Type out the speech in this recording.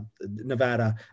Nevada